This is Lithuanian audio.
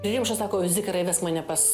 rimša sako zikarai vesk mane pas